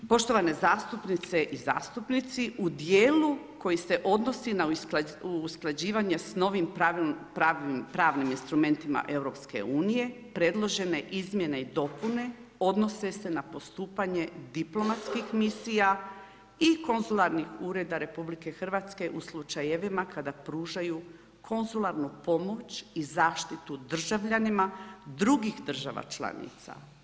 Poštovane zastupnice i zastupnici, u dijelu koji se odnosi na usklađivanje s novim pravnim instrumentima EU predložene izmjene i dopune odnose se na postupanje diplomatskih misija i konzularnih ureda RH u slučajevima kada pružaju konzularnu pomoć i zaštitu državljanima drugih država članica.